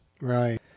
Right